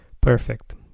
perfect